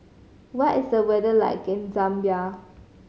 what is the weather like in Zambia